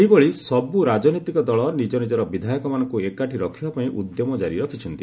ସେହିଭଳି ସବ୍ ରାଜନୈତିକ ଦଳ ନିଜ ନିଜର ବିଧାୟକମାନଙ୍କ ଏକାଠି ରଖିବା ପାଇଁ ଉଦ୍ୟମ ଜାରି ରଖିଛନ୍ତି